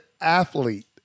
athlete